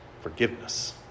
forgiveness